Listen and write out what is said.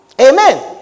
Amen